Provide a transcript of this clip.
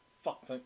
fuck